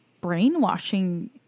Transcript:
brainwashing